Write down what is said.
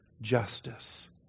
justice